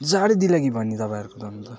साह्रै दिल्लगी भयो नि तपाईँहरूको त अन्त